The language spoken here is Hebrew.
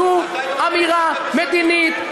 זו אמירה מדינית,